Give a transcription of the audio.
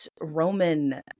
Roman